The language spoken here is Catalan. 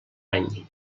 any